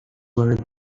were